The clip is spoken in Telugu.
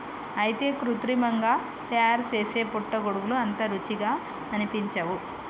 అయితే కృత్రిమంగా తయారుసేసే పుట్టగొడుగులు అంత రుచిగా అనిపించవు